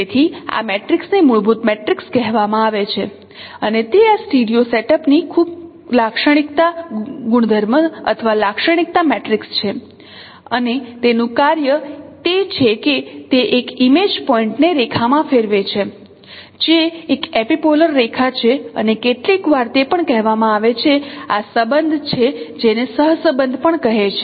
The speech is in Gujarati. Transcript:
તેથી આ મેટ્રિક્સને મૂળભૂત મેટ્રિક્સ કહેવામાં આવે છે અને તે આ સ્ટીરિયો સેટઅપ ની ખૂબ લાક્ષણિકતા ગુણધર્મ અથવા લાક્ષણિકતા મેટ્રિક્સ છે અને તેનું કાર્ય તે છે કે તે એક ઇમેજ પોઇન્ટ ને રેખામાં ફેરવે છે જે એક એપિપોલર રેખા છે અને કેટલીકવાર તે પણ કહેવામાં આવે છે આ સંબંધ છે જેને સહ સંબંધ પણ કહે છે